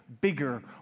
bigger